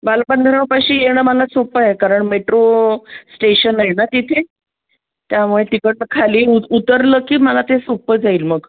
बालगंधर्वपाशी येणं मला सोपं आहे कारण मेट्रो स्टेशन आहे ना तिथे त्यामुळे तिकडचं खाली उत उतरलं की मला ते सोपं जाईल मग